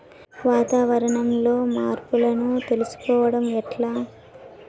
వాతావరణంలో మార్పులను తెలుసుకోవడం ఎట్ల?